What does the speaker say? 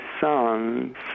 sons